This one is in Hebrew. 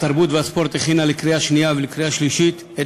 התרבות והספורט הכינה לקריאה שנייה ולקריאה שלישית את